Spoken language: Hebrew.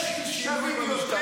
יש שווים יותר